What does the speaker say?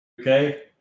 Okay